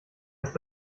ist